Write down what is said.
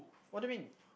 what do you mean